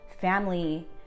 family